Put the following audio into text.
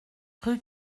rue